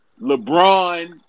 LeBron